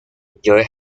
joe